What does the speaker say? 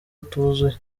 atuzuye